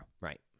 Right